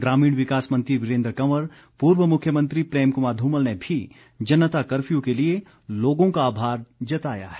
ग्रामीण विकास मंत्री वीरेन्द्र कंवर पूर्व मुख्यमंत्री प्रेम कुमार धूमल ने भी जनता कर्फ्यू के लिए लोगों का आभार जताया है